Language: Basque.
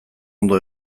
ondo